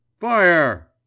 fire